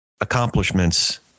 accomplishments